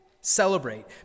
Celebrate